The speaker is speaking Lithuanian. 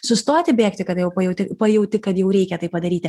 sustoti bėgti kada jau pajauti pajauti kad jau reikia tai padaryti